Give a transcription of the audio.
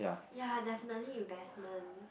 ya definitely investment